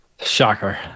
Shocker